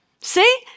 See